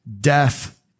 death